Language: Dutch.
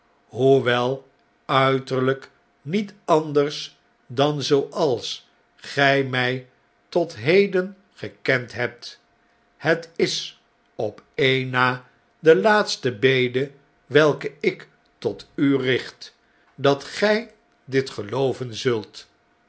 hoewel uiterlijk niet anders dan zooals gjj mij tot heden gekend hebt het is op een na de laatste bede weike ik tot u richt dat gjj dit gelooven zult